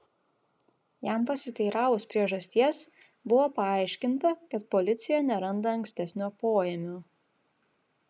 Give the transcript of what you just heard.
jam pasiteiravus priežasties buvo paaiškinta kad policija neranda ankstesnio poėmio